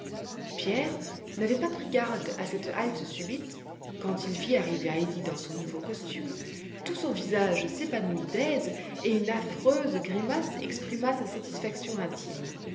pierre n'avait pas pris garde à cette halte subite quand il vit arriver heidi dans son nouveau costume tout son visage s'épanouit d'aise et une affreuse grimace exprima sa satisfaction intime